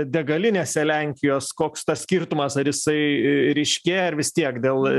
degalinėse lenkijos koks tas skirtumas ar jisai ryškėja ar vis tiek dėl